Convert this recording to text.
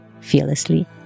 fearlessly